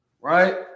right